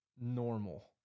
normal